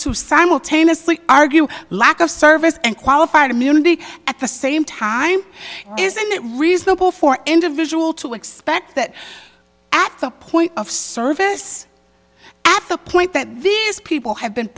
to simultaneously argue lack of service and qualified immunity at the same time isn't it reasonable for individual to expect that at the point of service at the point that these people have been